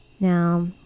Now